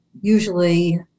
usually